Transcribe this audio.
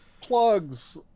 Plugs